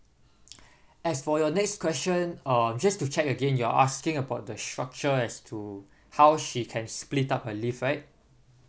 as for your next question um just to check again you're asking about the structure as to how she can split up her leave right